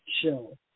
show